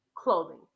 clothing